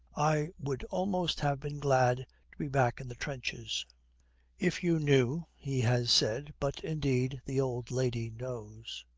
i would almost have been glad to be back in the trenches if you knew he has said, but indeed the old lady knows.